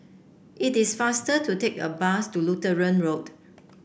it is faster to take a bus to Lutheran Road